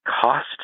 cost